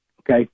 okay